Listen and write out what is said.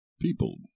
people